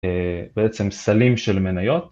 בעצם סלים של מניות.